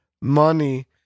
money